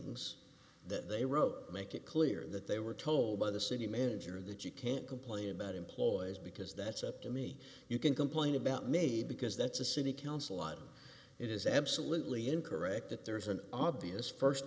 pleadings that they wrote make it clear that they were told by the city manager that you can't complain about employees because that's up to me you can complain about made because that's a city council on it is absolutely incorrect that there's an obvious